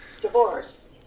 divorce